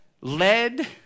led